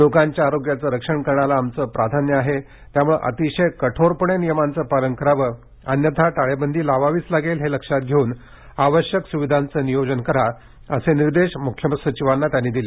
लोकांच्या आरोग्याचं रक्षण करण्याला आमचं प्राधान्य आहे त्यामुळे अतिशय कठोरपणे नियमांचं पालन करावं अन्यथा टाळेबंदी लावावीच लागेल हे लक्षात घेऊन आवश्यक सुविधांचं नियोजन करा असे निर्देश ठाकरे यांनी मुख्य सचिवांना दिले